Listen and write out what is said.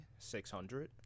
600